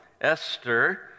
Esther